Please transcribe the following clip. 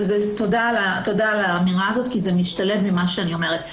תודה על האמירה, זה משתלב עם מה שאני אומרת.